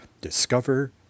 discover